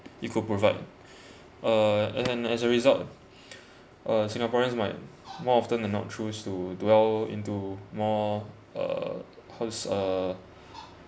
it could provide uh as an as a result uh singaporeans might more often then not choose to dwell into more uh how to say uh